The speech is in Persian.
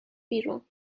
بیرون